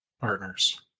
partners